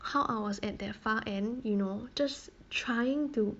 how I was at that far end you know just trying to